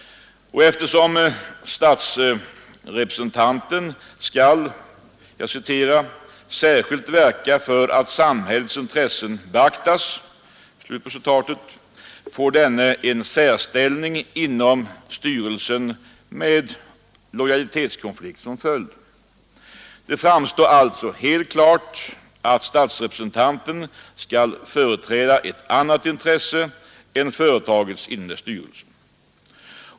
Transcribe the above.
Eftersom statsrepresentanten skall ”särskilt verka för att samhällets intressen beaktas” får denne en särställning inom styrelsen med lojalitetskonflikt som följd. Det framstår alltså helt klart att statsrepresentanten skall företräda ett annat intresse än företagets inom dess styrelse.